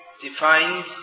defined